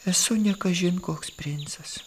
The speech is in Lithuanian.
esu ne kažin koks princas